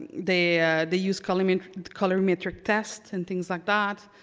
they they use color i mean color matrix tests and things like that,